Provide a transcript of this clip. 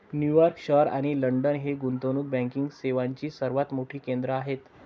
New York शहर आणि London ही गुंतवणूक बँकिंग सेवांची सर्वात मोठी केंद्रे आहेत